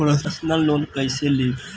Personal loan कैसे ली?